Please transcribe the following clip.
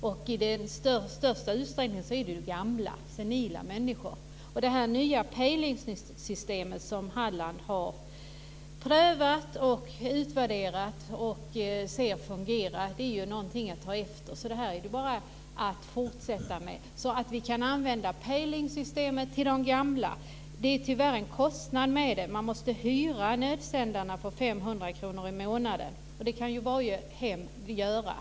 Det är i största utsträckning gamla, senila människor. Det nya pejlsystem som har prövats och utvärderats i Halland och som fungerar är någonting att ta efter. Det är bara att fortsätta med det här. Vi kan använda pejlsystemet för de gamla. Det är tyvärr en kostnad med det, då man måste hyra nödsändarna för 500 kr i månaden. Det kan ju varje hem göra.